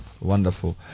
wonderful